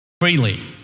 Freely